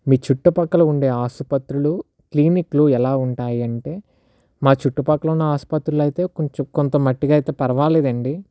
మీ చుట్టపక్కల ఉండే ఆసుపత్రులు క్లినిక్లు ఎలా ఉంటాయంటే మా చుట్టుపక్కల ఉన్న ఆసుపత్రులైతే కొంచం కొంత మట్టిగా అయితే పర్వాలేదండి